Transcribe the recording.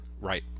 right